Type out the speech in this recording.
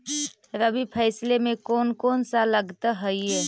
रबी फैसले मे कोन कोन सा लगता हाइय?